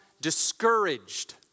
discouraged